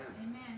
Amen